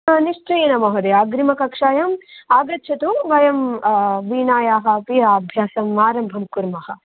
हा निश्चयेन महोदय अग्रिमकक्षायाम् आगच्छतु वयं वीणायाः अपि अभ्यासम् आरम्भं कुर्मः